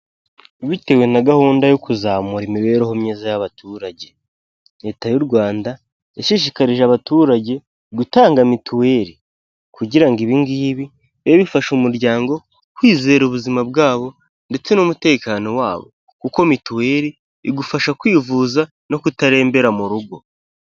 Bitewe na gahunda yo kuzamura imibereho myiza y'abaturage, leta y'u Rwanda yashishikarije abaturage gutanga mituweri kugira ngo ibi ngibi bibe bifasha umuryango kwizera ubuzima bwabo ndetse n'umutekano wabo, kuko mituweri igufasha kwivuza no kutarembera mu rugo.